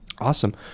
Awesome